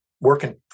working